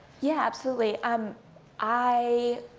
yeah, absolutely. um i,